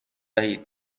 وحید